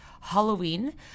Halloween